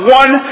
one